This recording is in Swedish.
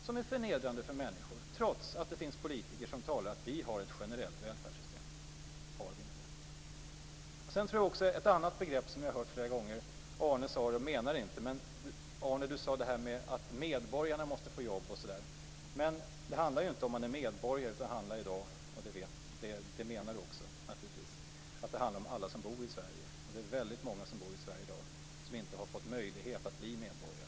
Det är förnedrande för människor. Trots detta finns det politiker som talar om att vi har ett generellt välfärdssystem. Det har vi inte. Det finns ett annat begrepp som vi har hört flera gånger. Arne Kjörnsberg sade det, men han menade det inte. Han sade att medborgarna måste få jobb osv. Men det handlar ju inte om att man är medborgare, utan det handlar om alla som bor i Sverige. Det var naturligtvis det Arne Kjörnsberg menade. Det är väldigt många som bor i Sverige i dag som inte har fått möjlighet att bli medborgare.